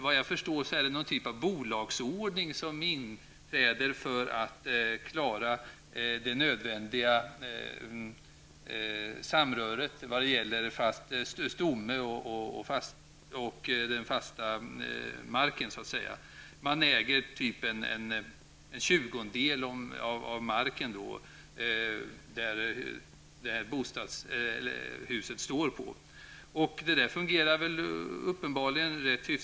Vad jag förstår är det någon typ av bolagsordning som inträder för att klara det nödvändiga samröret när det gäller stomme och den fasta marken. Man äger t.ex. en tjugondel av marken där huset står. Detta fungerar uppenbarligen rätt hyfsat.